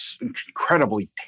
incredibly